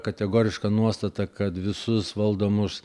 kategoriška nuostata kad visus valdomus